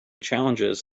challenges